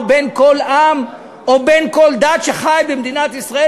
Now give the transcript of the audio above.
בן כל עם ובן כל דת שחי במדינת ישראל,